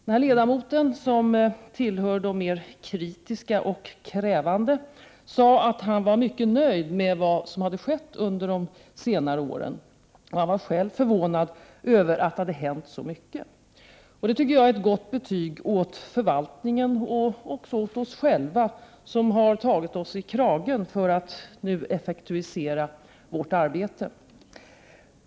Den här ledamoten, som tillhör de mer kritiska och krävande, sade att han var mycket nöjd med vad som skett under de senaste åren, och han var själv förvånad över att det hade hänt så mycket. Det tycker jag är ett gott betyg åt förvaltningen och även åt oss själva; vi har tagit oss i kragen för att nu effektivisera vårt arbete.